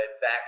back